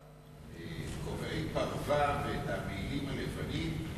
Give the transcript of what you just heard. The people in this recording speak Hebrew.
תחליף את כובעי הפרווה ואת המעילים הלבנים,